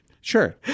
sure